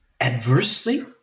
adversely